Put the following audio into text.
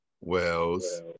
wells